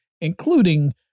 including